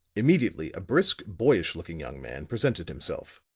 immediately a brisk, boyish looking young man presented himself.